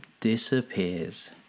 disappears